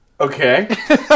Okay